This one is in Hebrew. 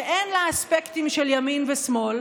שאין לה אספקטים של ימין ושמאל.